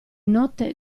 notte